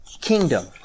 kingdom